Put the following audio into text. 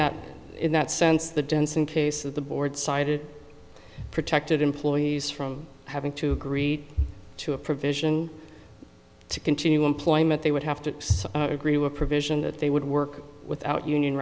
that in that sense the denson case of the board cited protected employees from having to agreed to a provision to continue employment they would have to agree with provision that they would work without union